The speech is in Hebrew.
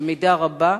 במידה רבה,